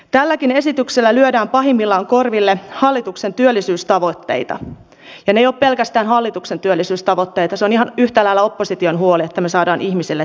tälläkin esityksellä lyödään pahimmillaan korville hallituksen työllisyystavoitteita ja ne eivät ole pelkästään hallituksen työllisyystavoitteita se on ihan yhtä lailla opposition huoli että me saamme ihmisille töitä